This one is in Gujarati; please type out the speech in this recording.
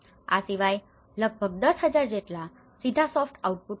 આ સિવાય લગભગ 10000 જેટલા સીધા સોફ્ટ આઉટપુટ પણ છે